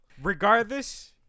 regardless